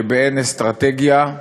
שבאין אסטרטגיה,